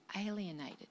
alienated